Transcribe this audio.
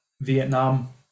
Vietnam